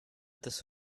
this